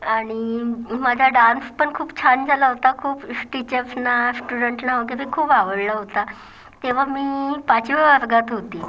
आणि माझा डान्स पण खूप छान झाला होता खूप टीचर्सना स्टुडंटला वगैरे खूप आवडला होता तेव्हा मी पाचव्या वर्गात होती